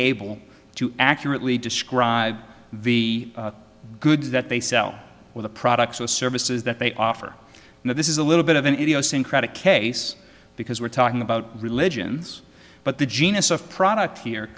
able to accurately describe the goods that they sell or the products or services that they offer and this is a little bit of an idiosyncratic case because we're talking about religions but the genus of product he